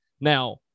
Now